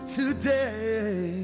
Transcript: today